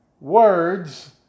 words